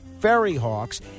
fairyhawks